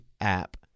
app